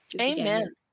Amen